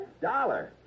Dollar